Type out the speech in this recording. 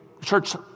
church